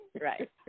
Right